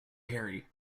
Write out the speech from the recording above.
hairy